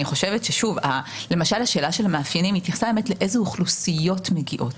אני חושבת שלמשל השאלה של מאפיינים התייחסה לאיזו אוכלוסיות מגיעות.